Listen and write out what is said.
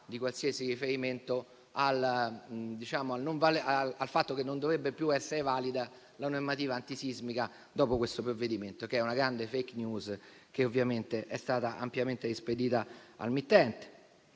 di qualsiasi riferimento al fatto che non dovrebbe più essere valida la normativa antisismica dopo questo provvedimento, grande *fake news* che ovviamente è stata ampiamente rispedita al mittente.